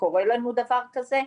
שקורה לנו דבר כזה,